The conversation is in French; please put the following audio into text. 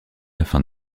afin